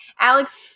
Alex –